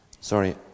Sorry